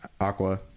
Aqua